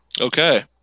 Okay